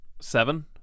Seven